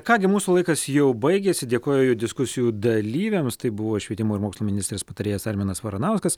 ką gi mūsų laikas jau baigėsi dėkoju diskusijų dalyviams tai buvo švietimo ir mokslo ministrės patarėjas arminas varanauskas